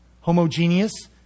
Homogeneous